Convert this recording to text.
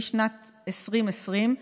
משנת 2020,